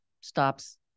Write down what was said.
stops